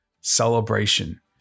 celebration